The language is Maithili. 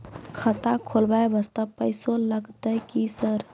खाता खोलबाय वास्ते पैसो लगते की सर?